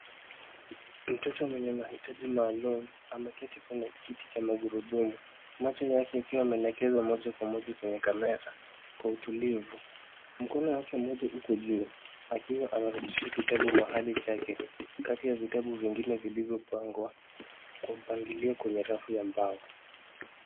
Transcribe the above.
Mtoto mwenye mahitaji maalum ameketi kwenye kiti cha magurudumu. Macho yake yakiwa yameelekezwa moja kwa moja kwenye kamera kwa utulivu. Mkono wake mmoja uko juu akiwa anarudisha kitabu mahali chake, kati ya vitabu vingine vilivyopangwa kwa mpangilio kwenye rafu ya mbao.